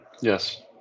Yes